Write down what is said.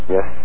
Yes